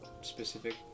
specific